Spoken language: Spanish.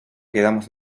quedamos